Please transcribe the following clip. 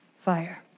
fire